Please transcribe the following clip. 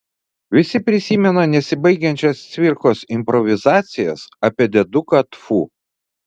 visi prisimena nesibaigiančias cvirkos improvizacijas apie dėduką tfu